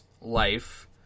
life